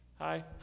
Hi